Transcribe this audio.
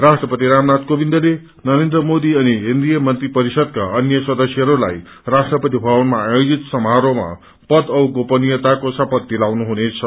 राष्ट्रपति रामनाथ कोनिवन्दले नरेन्द्र मोदी अनि केन्द्रिय मंत्री परिषवा अन्य सदस्यहस्लाई राष्ट्रपति मवनमा आयोजित समारोहमा पद औ गोपनीयताको शपय दिलाउनु हुनेछ